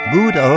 Good